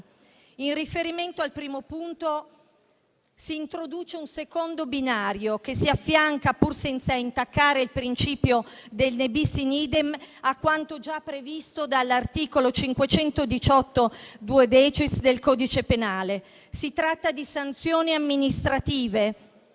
In riferimento al primo punto, si introduce un secondo binario, che si affianca, pur senza intaccare il principio del *ne bis in idem*, a quanto già previsto dall'articolo 518-*duodecies* del codice penale. Si tratta di sanzioni amministrative,